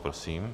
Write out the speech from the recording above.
Prosím.